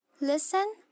Listen